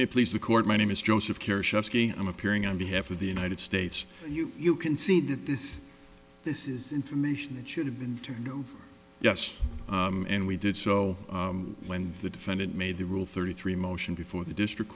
please the court my name is joseph i'm appearing on behalf of the united states you can see that this this is information that should have been to know yes and we did so when the defendant made the rule thirty three motion before the district